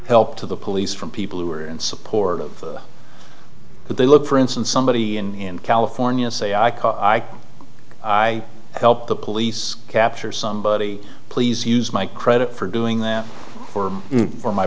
help to the police from people who are in support of what they look for instance somebody in california say i can i i help the police capture somebody please use my credit for doing that or for my